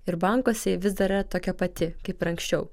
ir bankuose ji vis dar yra tokia pati kaip ir anksčiau